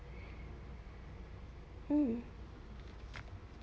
um